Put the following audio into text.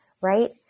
right